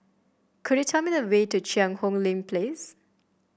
could you tell me the way to Cheang Hong Lim Place